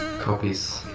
copies